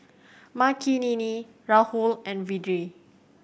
Makineni Rahul and Vedre